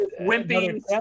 Wimpy